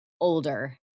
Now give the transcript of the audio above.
older